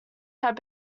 had